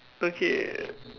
okay